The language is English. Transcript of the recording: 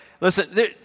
Listen